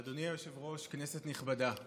אדוני היושב-ראש, כנסת נכבדה.